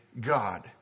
God